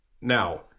Now